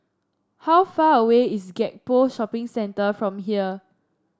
how far away is Gek Poh Shopping Centre from here